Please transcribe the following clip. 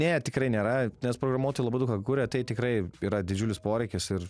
ne tikrai nėra nes programuotojai labai daug ką kuria tai tikrai yra didžiulis poreikis ir